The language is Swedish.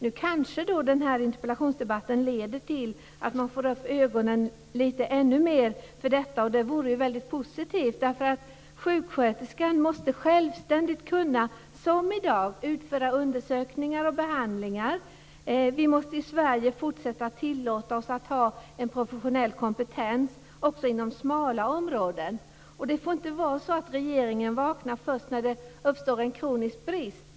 Nu kanske den här interpellationsdebatten leder till att man får upp ögonen ännu mer för detta. Det vore väldigt positivt, därför att sjuksköterskan måste självständigt, som i dag, kunna utföra undersökningar och behandlingar. Vi måste i Sverige fortsätta att tillåta oss ha en professionell kompetens också inom smala områden. Det får inte vara så att regeringen vaknar först när det uppstår en kronisk brist.